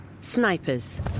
Snipers